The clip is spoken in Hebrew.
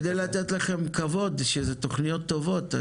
כדי לתת לכם כבוד שזה תכניות טובות,